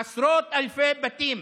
עשרות אלפי בתים,